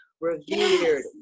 revered